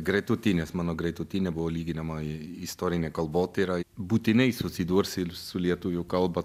gretutines mano greitutinė buvo lyginamoji istorinė kalbotyra būtinai susidursi su lietuvių kalba